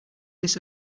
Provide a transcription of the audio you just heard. this